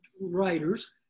writers